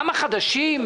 גם החדשים,